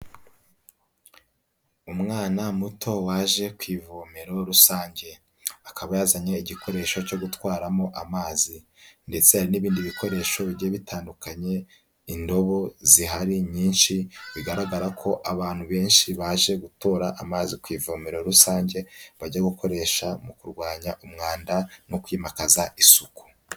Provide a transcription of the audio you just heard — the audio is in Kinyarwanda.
Umwana muto waje ku ivomero rusange, akaba yazanye igikoresho cyo gutwaramo amazi, ndetse hari n'ibindi bikoresho bijye bitandukanye indobo zihari nyinshi bigaragara ko abantu benshi baje gutora amazi kuvomera rusange bagiye gukoresha mu kurwanya umwanda no kwimakaza isuku.